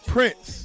Prince